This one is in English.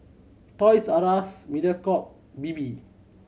Toys R Us Mediacorp Bebe